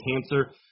cancer